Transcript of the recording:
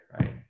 right